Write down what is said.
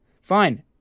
Fine